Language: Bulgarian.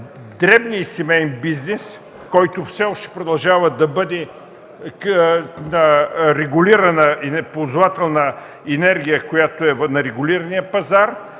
дребния и семеен бизнес, който все още продължава да бъде ползвател на енергия, която е на регулирания пазар.